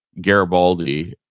Garibaldi